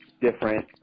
different